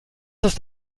ist